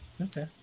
Okay